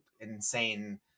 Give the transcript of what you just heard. insane